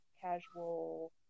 casual